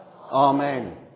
Amen